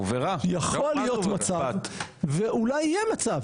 יכול להיות מצב ואולי יהיה מצב